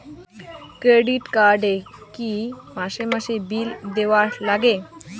Credit card এ কি মাসে মাসে বিল দেওয়ার লাগে?